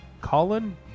Colin